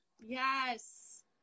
Yes